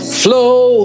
flow